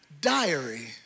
Diary